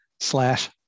Slash